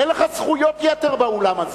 ואין לך זכויות יתר באולם הזה.